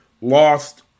lost